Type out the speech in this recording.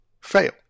fail